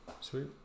sweet